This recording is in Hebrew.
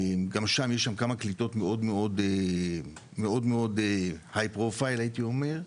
גם שם יש כמה קליטות מאוד מאוד high profile הייתי אומר.